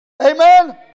Amen